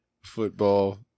Football